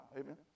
Amen